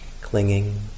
clinging